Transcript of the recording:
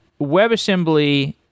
WebAssembly